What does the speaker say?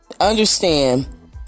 understand